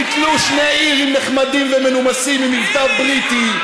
ביטלו שני אירים נחמדים ומנומסים עם מבטא בריטי,